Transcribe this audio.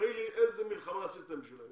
תראי לי איזה מלחמה עשיתם עבורם.